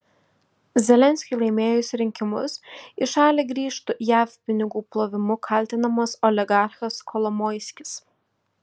zelenskiui laimėjus rinkimus į šalį grįžtų jav pinigų plovimu kaltinamas oligarchas kolomoiskis